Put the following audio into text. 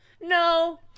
No